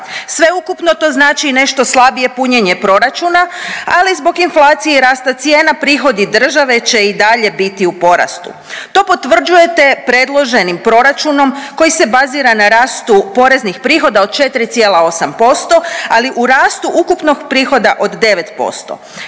Sveukupno to znači nešto slabije punjenje proračuna, ali zbog inflacije i rasta cijena prihodi države će i dalje biti u porastu. To potvrđujete predloženim proračunom koji se bazira na rastu poreznih prihoda od 4,8%, ali u rastu ukupnog prihoda od 9%.